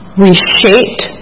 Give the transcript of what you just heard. reshaped